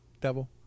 devil